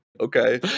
okay